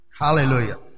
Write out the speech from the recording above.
Hallelujah